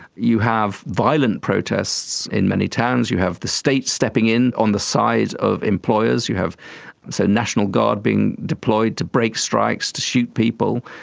you have violent protests in many towns, you have the state stepping in on the side of employers, you have the so national guard being deployed to break strikes, to shoot people,